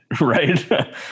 right